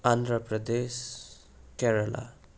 Andhra Pradesh Kerala